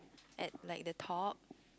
at like the top